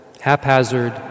haphazard